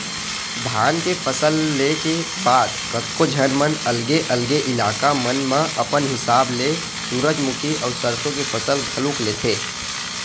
धान के फसल ले के बाद कतको झन मन अलगे अलगे इलाका मन म अपन हिसाब ले सूरजमुखी अउ सरसो के फसल घलोक लेथे